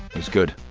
it was good